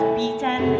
beaten